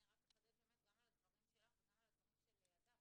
אני רק אחדד באמת גם על הדברים שלך וגם על הדברים של הדס.